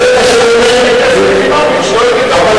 אבל חברת הכנסת שלי יחימוביץ לא,